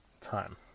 time